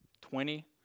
twenty